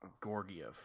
Gorgiev